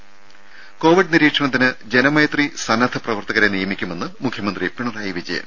ത കോവിഡ് നിരീക്ഷണത്തിന് ജനമൈത്രി സന്നദ്ധപ്രവർത്തകരെ നിയമിക്കുമെന്ന് മുഖ്യമന്ത്രി പിണറായി വിജയൻ